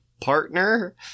partner